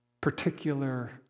particular